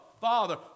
Father